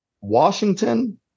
Washington